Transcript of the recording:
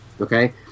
okay